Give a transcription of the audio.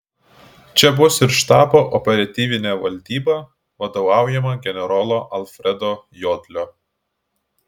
čia bus ir štabo operatyvinė valdyba vadovaujama generolo alfredo jodlio